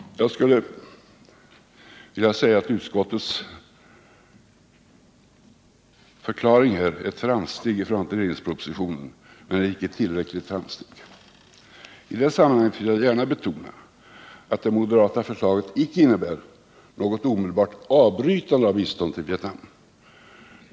Jag skulle vilja säga att utskottets förklaring här är ett framsteg i förhållande till regeringens proposition men icke ett tillräckligt framsteg. I det sammanhanget vill jag gärna betona att det moderata förslaget icke innebär något omedelbart avbrytande av biståndet till Vietnam.